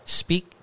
speak